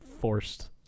forced